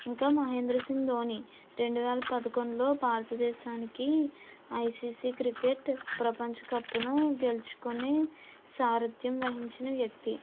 ఇంకా మహేంద్రసింగ్ ధోని రెండు వేల పదకొండులో భారతదేశానికి ఐసీసీ క్రికెట్ ప్రపంచ కప్ ను గెలుచుకుని సారథ్యం వహించిన వ్యక్తి